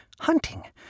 hunting